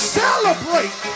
celebrate